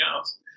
else